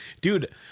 dude